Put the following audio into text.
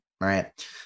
right